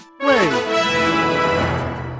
Wait